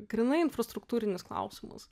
grynai infrastruktūrinis klausimas